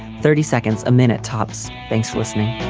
thirty seconds a minute, tops. thanks for listening